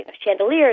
chandeliers